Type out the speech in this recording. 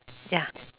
ya